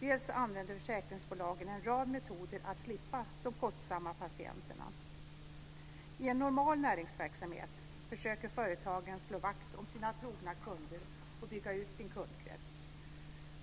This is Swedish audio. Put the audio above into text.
dels använder försäkringsbolagen en rad metoder att slippa de kostsamma patienterna. I en normal näringsverksamhet försöker företagen slå vakt om sina trogna kunder och bygga ut sin kundkrets.